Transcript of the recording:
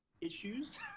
issues